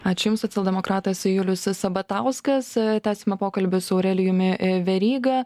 ačiū jums socialdemokratas julius sabatauskas tęsiame pokalbį su aurelijumi veryga